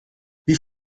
wie